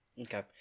Okay